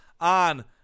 on